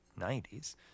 90s